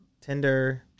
Tinder